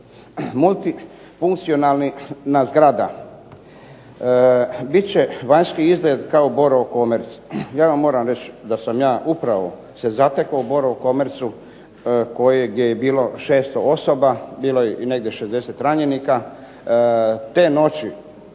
Multifunkcionalna zgrada bit će vanjski izgled kao "Borovo commerc". Ja vam moram reći da sam ja upravo se zatekao u "Borovo commercu" kojeg je i bilo 600 osoba, bilo je i negdje 60 ranjenika. Te noći